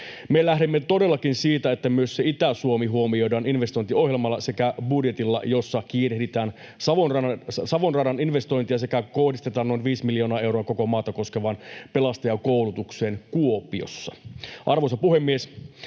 Me lähdemme todellakin siitä, että myös Itä-Suomi huomioidaan investointiohjelmalla sekä budjetilla, jossa kiirehditään Savon radan investointeja sekä kohdistetaan noin viisi miljoonaa euroa koko maata koskevaan pelastajakoulutukseen Kuopiossa. Arvoisa puhemies!